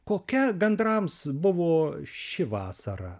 kokia gandrams buvo ši vasara